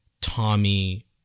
Tommy